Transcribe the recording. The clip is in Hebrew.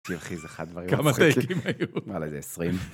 אחי זה אחד הדברים המצחיקים. כמה טייקים היו. וואלה, איזה 20.